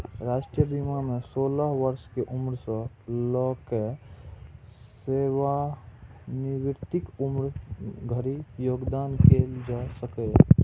राष्ट्रीय बीमा मे सोलह वर्ष के उम्र सं लए कए सेवानिवृत्तिक उम्र धरि योगदान कैल जा सकैए